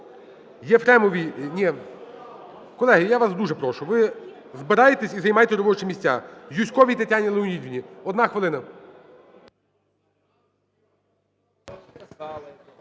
Колеги, я вас дуже прошу, ви збираєтесь і займайте робочі місця. Юзьковій Тетяні Леонідівні. Одна хвилина.